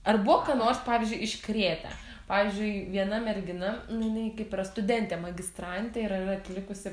ar buvo ką nors pavyzdžiui iškrėtę pavyzdžiui viena mergina nu jinai kaip yra studentė magistrantė ir yra atlikusi